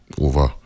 over